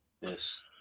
Yes